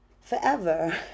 forever